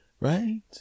right